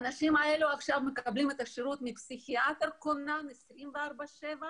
האנשים האלה מקבלים את השירות מפסיכיאטר כונן 24/7,